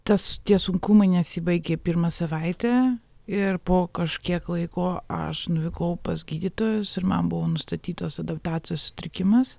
tas tie sunkumai nesibaigė pirmą savaitę ir po kažkiek laiko aš nuvykau pas gydytojus ir man buvo nustatytas adaptacijos sutrikimas